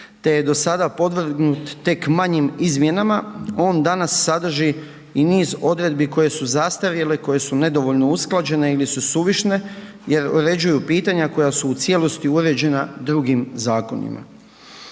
te je do sada podvrgnut tek manjim izmjenama, on danas sadrži i niz odredbi koje su zastarjele, koje su nedovoljno usklađene ili su suviše jer uređuju pitanja koja su u cijelosti uređena drugim zakonima.